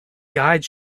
guides